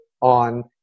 on